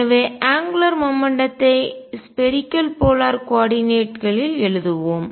எனவே angular momentum த்தை கோண உந்தம் ஸ்பேரிக்கல் போலார் கோள துருவ கோஆர்டினேட் ஆயத்தொகுதி களில் எழுதுவோம்